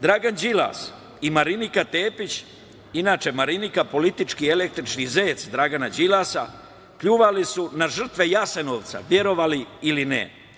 Dragan Đilas i Marinika Tepić, inače Marinika politički električni zec Dragana Đilasa, pljuvali su na žrtve Jasenovca, verovali ili ne.